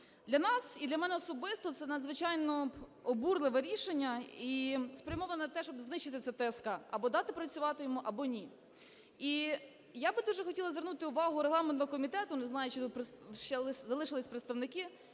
Для нас і для мене особисто це надзвичайно обурливе рішення і спрямоване на те, щоб знищити цю ТСК. Або дати працювати йому, або ні. І я би дуже хотіла звернути увагу регламентного комітету, не знаю, чи ще залишились представники,